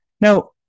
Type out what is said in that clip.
Now